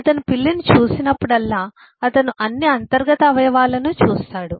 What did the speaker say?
అతను పిల్లిని చూసినప్పుడల్లా అతను అన్ని అంతర్గత అవయవాలను చూస్తాడు